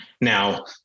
now